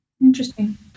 Interesting